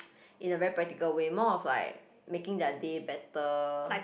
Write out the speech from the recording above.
in a very practical way more of like making their day better